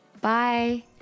Bye